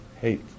hate